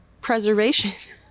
preservation